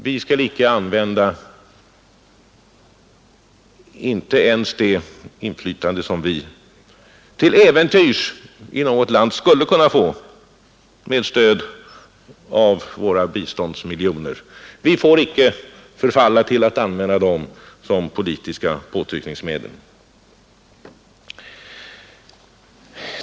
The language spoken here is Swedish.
Vi får inte förfalla till att använda det inflytande som vi till äventyrs skulle kunna få i något land med stöd av våra biståndsmiljoner till att utöva politisk påtryckning.